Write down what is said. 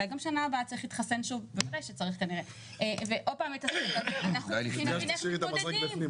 אולי גם בשנה הבאה נתחסן שוב --- כדאי שתשאירי את המזרק בפנים.